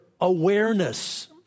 awareness